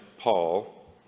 Paul